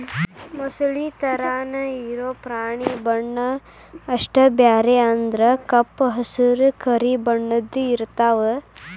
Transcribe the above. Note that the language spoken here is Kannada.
ಮೊಸಳಿ ತರಾನ ಇರು ಪ್ರಾಣಿ ಬಣ್ಣಾ ಅಷ್ಟ ಬ್ಯಾರೆ ಅಂದ್ರ ಕಪ್ಪ ಹಸರ, ಕರಿ ಬಣ್ಣದ್ದು ಇರತಾವ